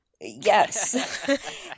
Yes